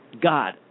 god